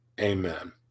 amen